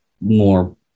more